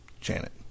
Janet